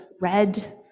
red